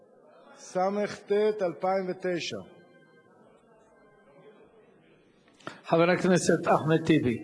התשס"ט 2009. חבר הכנסת אחמד טיבי.